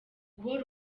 guhora